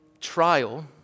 trial